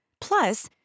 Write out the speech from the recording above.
Plus